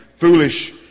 foolish